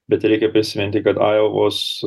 bet reikia prisiminti kad ajovos